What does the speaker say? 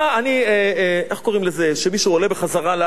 איך קוראים למי שעולה בחזרה לארץ,